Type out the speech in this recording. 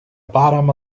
bottom